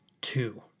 two